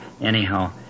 anyhow